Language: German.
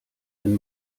wenn